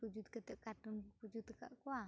ᱡᱩᱛ ᱠᱟᱛᱮ ᱠᱟᱴᱩᱱ ᱠᱚᱠᱚ ᱡᱩᱛ ᱟᱠᱟᱫ ᱠᱚᱣᱟ